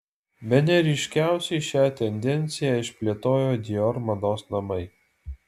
bene ryškiausiai šią tendenciją išplėtojo dior mados namai